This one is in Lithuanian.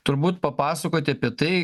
turbūt papasakoti apie tai